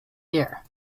year